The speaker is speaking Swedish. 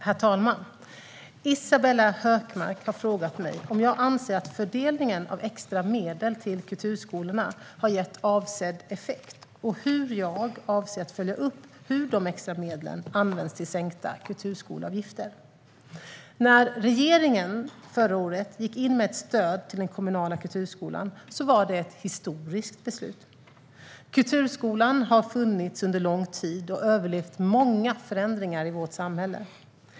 Herr talman! Isabella Hökmark har frågat mig om jag anser att fördelningen av extra medel till kulturskolorna har gett avsedd effekt och hur jag avser att följa upp hur de extra medlen används till sänkta kulturskoleavgifter. När regeringen förra året gick in med ett stöd till den kommunala kulturskolan var det ett historiskt beslut. Kulturskolan har funnits under lång tid och överlevt många förändringar i vårt samhälle.